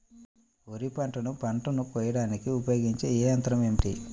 వరిపంటను పంటను కోయడానికి ఉపయోగించే ఏ యంత్రం ఏమిటి?